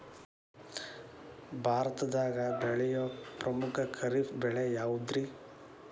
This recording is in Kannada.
ಭಾರತದಾಗ ಬೆಳೆಯೋ ಪ್ರಮುಖ ಖಾರಿಫ್ ಬೆಳೆ ಯಾವುದ್ರೇ?